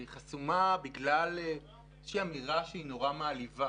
והיא חסומה בגלל איזו שהיא אמירה שהיא נורא מעליבה